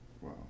Wow